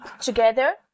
together